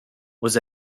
was